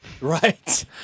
Right